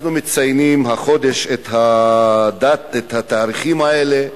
אנחנו מציינים החודש את התאריכים האלה,